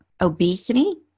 obesity